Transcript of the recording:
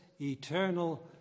eternal